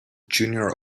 junior